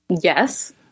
Yes